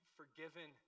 forgiven